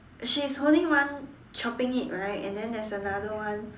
she is holding one chopping it right and then there is another one